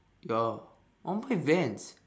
ya I want to buy Vans